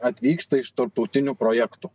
atvyksta iš tarptautinių projektų